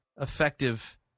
effective